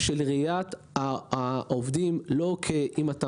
תהליך שרואה את העובדים לא רק לפי אם הם